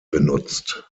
benutzt